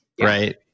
right